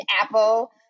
apple